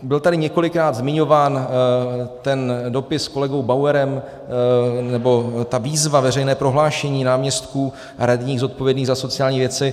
Byl tady několikrát zmiňován dopis kolegou Bauerem, nebo ta výzva, veřejné prohlášení náměstků radních zodpovědných za sociální věci.